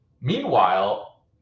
Meanwhile